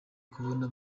kubona